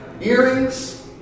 Earrings